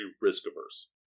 risk-averse